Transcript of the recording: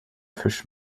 fisch